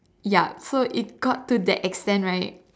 ya so it got to that extent right